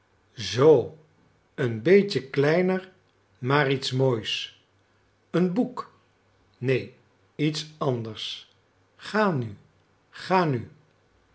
zoo een beetje kleiner maar iets moois een boek neen iets anders ga nu ga nu